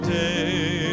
day